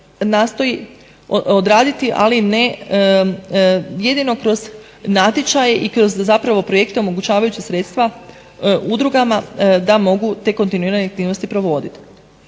nastoji odraditi ali jedino kroz natječaj i zapravo kroz projektom omogućavajući sredstva udrugama da mogu kontinuirano te aktivnosti provoditi.